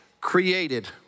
created